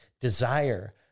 desire